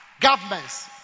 governments